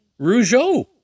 Rougeau